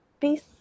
Peace